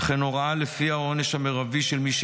וכן הוראה שלפיה העונש המרבי של מי